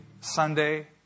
Sunday